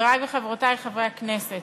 חברי וחברותי חברי הכנסת,